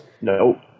no